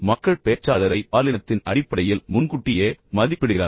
மக்கள் பேச்சாளரை பாலினத்தின் அடிப்படையில் முன்கூட்டியே மதிப்பிடுகிறார்கள்